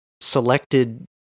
selected